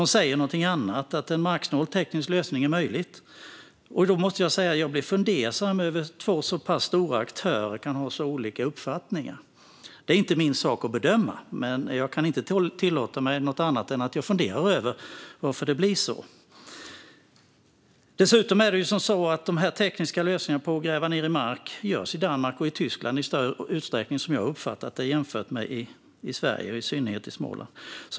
De säger någonting annat: att en marksnål teknisk lösning är möjlig. Då måste jag säga att jag blir fundersam över att två så pass stora aktörer kan ha så olika uppfattningar. Det är inte min sak att bedöma det, men jag kan inte tillåta mig att inte fundera över varför det blir så. Dessutom är det som så att de här tekniska lösningarna med att gräva ned i mark som jag uppfattat det används i Danmark och Tyskland i större utsträckning än i Sverige och i synnerhet Småland.